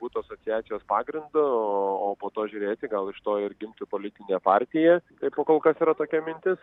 būtų asociacijos pagrindu o po to žiūrėti gal iš to ir gimtų politinė partija tai po kol kas yra tokia mintis